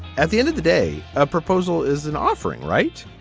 at the end of the day, a proposal is an offering, right?